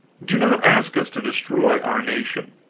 do not ask us to destroy our nation!